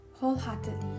wholeheartedly